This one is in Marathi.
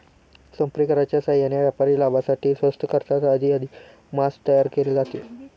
संप्रेरकांच्या साहाय्याने व्यापारी लाभासाठी स्वस्त खर्चात अधिकाधिक मांस तयार केले जाते